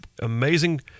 amazing